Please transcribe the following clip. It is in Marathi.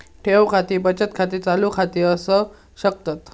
ठेव खाती बचत खाती, चालू खाती असू शकतत